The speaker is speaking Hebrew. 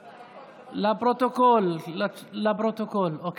לפרוטוקול, לפרוטוקול, אוקיי.